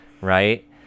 right